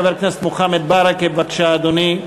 חבר הכנסת מוחמד ברכה, בבקשה, אדוני,